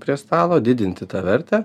prie stalo didinti tą vertę